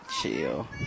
Chill